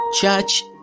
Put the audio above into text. church